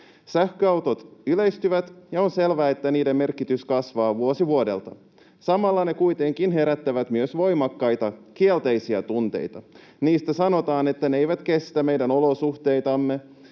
Sähköautot yleistyvät, ja on selvää, että niiden merkitys kasvaa vuosi vuodelta. Samalla ne kuitenkin herättävät myös voimakkaita kielteisiä tunteita. Sanotaan, että ne eivät kestä meidän olosuhteitamme,